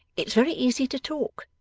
it's very easy to talk,